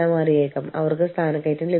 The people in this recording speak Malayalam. നമ്മൾക്ക് മാനദണ്ഡങ്ങളുണ്ട്